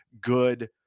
good